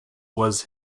was